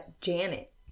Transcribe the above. Janet